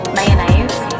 Mayonnaise